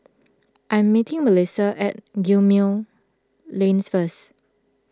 I am meeting Melissia at Gemmill Lane first